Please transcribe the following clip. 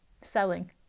selling